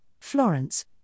Florence